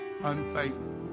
Unfaithful